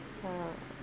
ah